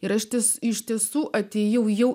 ir ruoštis iš tiesų atėjau jau